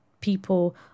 people